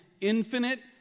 infinite